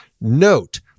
Note